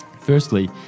Firstly